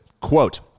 quote